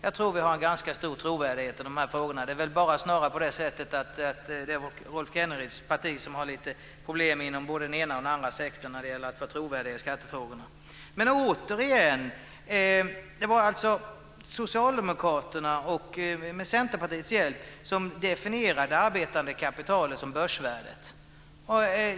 Jag tror att vi har en ganska stor trovärdighet i frågorna. Det är snarare så att det är Rolf Kenneryds parti som har lite problem inom både den ena och den andra sektorn när det gäller att få trovärdighet i skattefrågorna. Det var alltså Socialdemokraterna som med Centerpartiets hjälp definierade arbetande kapital som börsvärdet.